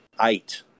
eight